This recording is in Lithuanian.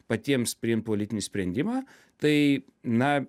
patiems priimt politinį sprendimą tai na